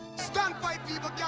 stand by people,